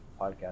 podcast